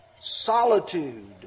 solitude